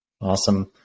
Awesome